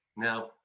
Now